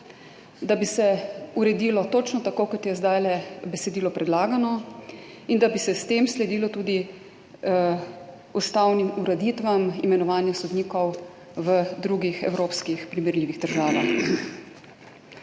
da bi se uredilo točno tako, kot je zdaj predlagano besedilo, in da bi se s tem sledilo tudi ustavnim ureditvam imenovanja sodnikov v drugih evropskih primerljivih državah.